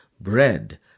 bread